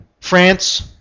France